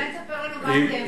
אולי תספר לנו מה אתם עשיתם.